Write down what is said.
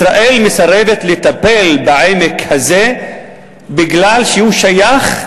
ישראל מסרבת לטפל בעמק הזה בגלל שהוא שייך,